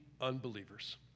unbelievers